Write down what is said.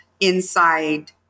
inside